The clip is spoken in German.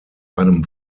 einem